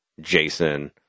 Jason